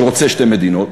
שרוצה שתי מדינות,